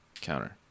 counter